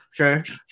Okay